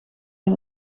met